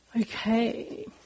Okay